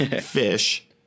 fish